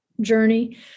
journey